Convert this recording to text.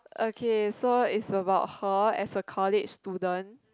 okay so is about her as a college student